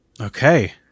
Okay